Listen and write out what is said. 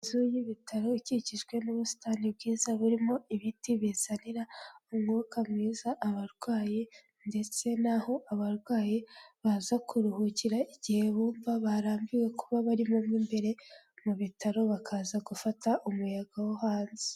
Inzu y'ibitaro ikikijwe n'ubusitani bwiza burimo ibiti bizanira umwuka mwiza abarwayi, ndetse n'aho abarwayi baza kuruhukira igihe bumva barambiwe kuba barimo imbere mu bitaro bakaza gufata umuyaga wo hanze.